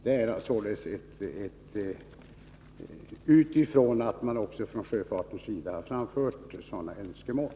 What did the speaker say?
Detta sker således utifrån att man också från sjöfartens sida har framfört sådana önskemål.